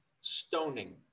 Stoning